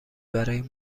برای